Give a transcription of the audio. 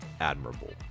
admirable